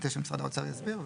אני מציע שמשרד האוצר יסביר.